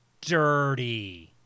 dirty